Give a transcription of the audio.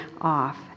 off